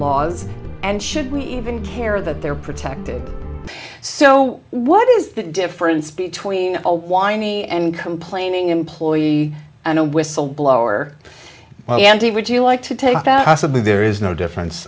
laws and should we even care that they're protected so what is the difference between a whiny and complaining employee and a whistleblower well andy would you like to take that possibly there is no difference